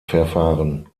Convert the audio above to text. verfahren